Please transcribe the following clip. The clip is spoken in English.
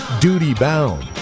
duty-bound